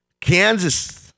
Kansas